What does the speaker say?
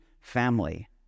family